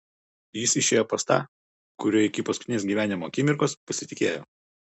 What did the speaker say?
jis išėjo pas tą kuriuo iki paskutinės gyvenimo akimirkos pasitikėjo